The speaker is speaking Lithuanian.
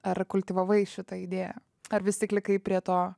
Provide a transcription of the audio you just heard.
ar kultivavai šitą idėją ar vis tik likai prie to